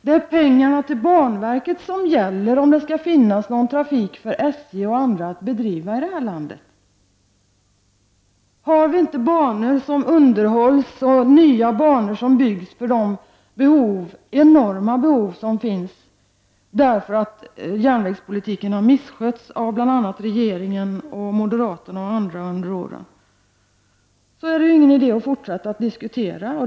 Det är pengarna till banverket som gäller om det skall finnas någon trafik för SJ att bedriva i det här landet. Blir inte de banor som finns underhållna och nya banor byggda för de enorma behov som finns, därför att järnvägspolitiken har misskötts av bl.a. regeringen och moderaterna, är det ingen idé att fortsätta diskussionen.